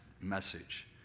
message